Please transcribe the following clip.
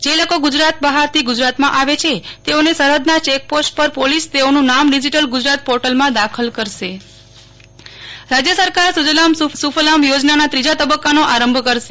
જે લોકો ગુજરાત બહારથી ગુજરાતમાં આવે છે તેઓને સરહદના ચેકપોસ્ટ પર પોલીસ તેઓનું નામ ડીજીટલ ગુજરાત પોર્ટલમાં દાખલ કરશે નેહ્લ ઠક્કર મુ ખ્યમંત્રી અગ્ર સચિવ રાજ્ય સરકાર સુજલામ સુ ફલામ યોજનના ત્રીજા તબક્કાનો આરંભ કરશે